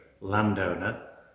landowner